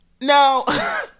now